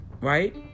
right